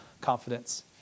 confidence